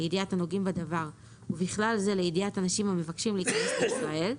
לידיעת הנוגעים בדבר ובכלל זה לידיעת אנשים המבקשים להיכנס לישראל,